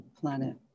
planet